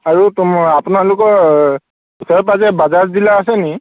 আৰু আপোনালোকৰ ওচৰে পাঁজৰে বাজাজ ডিলাৰ আছে নেকি